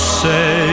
say